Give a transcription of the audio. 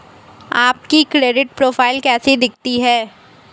आपकी credit profile कैसी दिखती है?